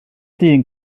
dyn